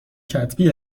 کتبی